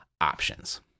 options